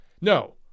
no